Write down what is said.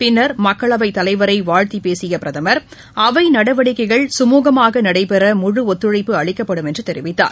பின்னர் மக்களவை தலைவரை வாழ்த்தி பேசிய பிரதமர் அவை நடவடிக்கைகள் சுமுகமாக நடைபெற முழு ஒத்துழைப்பு அளிக்கப்படும் என்று தெரிவித்தார்